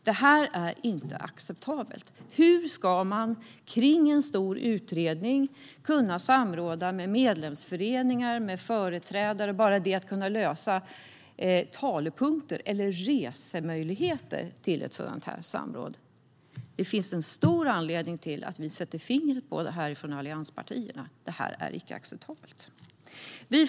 Det här är inte acceptabelt om man ska kunna samråda om en stor utredning med medlemsföreningar och företrädare. Bara att kunna lösa talepunkter eller resemöjligheter till ett samråd kräver tid. Det finns en stor anledning till att vi i allianspartierna sätter fingret på det här. Detta är icke acceptabelt.